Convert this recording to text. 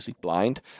blind